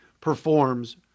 performs